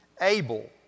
Abel